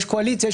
יש קואליציה,